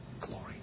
glory